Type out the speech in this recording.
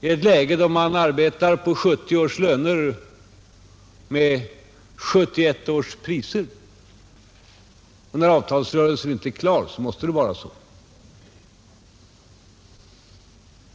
i ett läge då man arbetar på 1970 års löner med 1971 års priser. När avtalsrörelsen inte är klar måste det vara så.